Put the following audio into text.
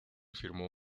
firmó